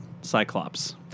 Cyclops